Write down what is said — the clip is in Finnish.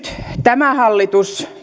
tämä hallitus